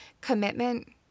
Commitment